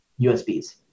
USBs